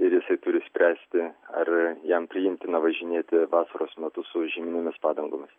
ir jisai turi spręsti ar jam priimtina važinėti vasaros metu su žieminėmis padangomis